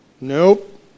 Nope